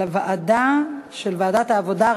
לדיון מוקדם בוועדת העבודה,